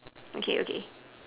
okay okay